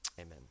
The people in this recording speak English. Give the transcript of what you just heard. amen